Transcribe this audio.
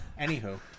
Anywho